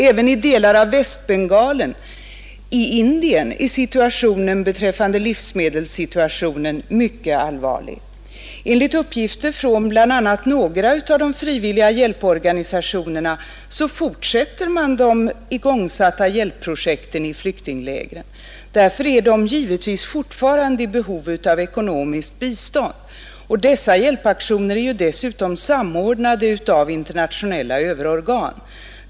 Även i delar av Västbengalen i Indien är livsmedelssituationen mycket allvarlig. Enligt uppgifter från bl.a. några av de frivilliga hjälporganisationerna fortsätter man de igångsatta hjälpprojekten i flyktinglägren. Därför är de givetvis fortfarande i behov av ekonomiskt bistånd. Dessa hjälpaktioner är ju dessutom samordnade av internationella överorgan.